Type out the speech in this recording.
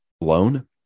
loan